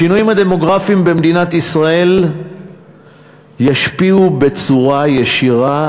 השינויים הדמוגרפיים במדינת ישראל ישפיעו בצורה ישירה